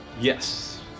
Yes